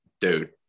Dude